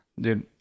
dude